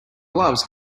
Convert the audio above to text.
gloves